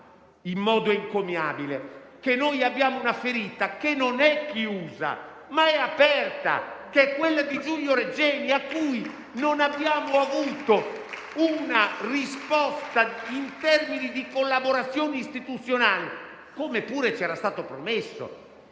in modo encomiabile, che noi abbiamo una ferita che non è chiusa, ma è aperta, che è quella di Giulio Regeni, vicenda sulla quale non abbiamo avuto una risposta in termini di collaborazioni istituzionali, come pure ci era stato promesso